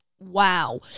wow